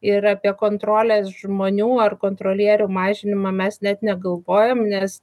ir apie kontrolės žmonių ar kontrolierių mažinimą mes net negalvojam nes